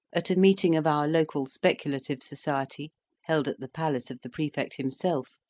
at a meeting of our local speculative society held at the palace of the prefect himself,